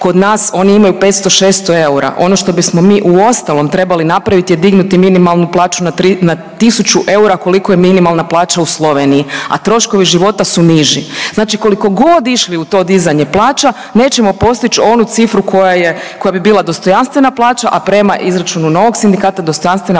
kod nas oni imaju 500-600 eura. Ono što bismo mi uostalom trebali napravit je dignuti minimalnu plaću na 1000 eura, koliko je minimalna plaća u Sloveniji, a troškovi život su niži, znači koliko god išli u to dizanje plaća nećemo postić onu cifru koja je, koja bi bila dostojanstvena plaća, a prema izračunu novog sindikata dostojanstvena